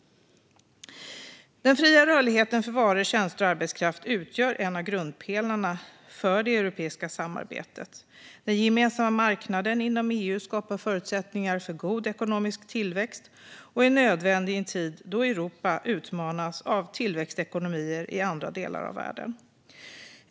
Den fria rörligheten för varor, tjänster och arbetskraft utgör en av grundpelarna för det europeiska samarbetet. Den gemensamma marknaden inom EU skapar förutsättningar för god ekonomisk tillväxt och är nödvändig i en tid då Europa utmanas av tillväxtekonomier i andra delar av världen.